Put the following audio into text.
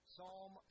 Psalm